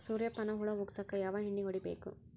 ಸುರ್ಯಪಾನ ಹುಳ ಹೊಗಸಕ ಯಾವ ಎಣ್ಣೆ ಹೊಡಿಬೇಕು?